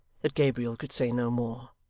that gabriel could say no more.